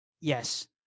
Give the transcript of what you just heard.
Yes